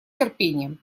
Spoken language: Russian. терпением